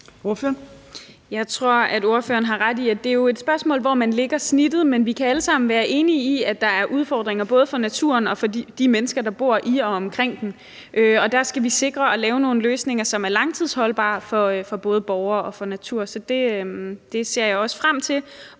(EL): Jeg tror, at ordføreren har ret i, at det jo er et spørgsmål om, hvor man lægger snittet. Men vi kan alle sammen være enige i, at der er udfordringer både for naturen og for de mennesker, der bor i og omkring den, og der skal vi sikre at lave nogle løsninger, som er langtidsholdbare for både borgere og for natur. Så det ser jeg også frem til.